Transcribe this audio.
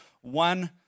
one